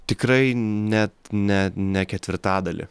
tikrai net ne ne ketvirtadalį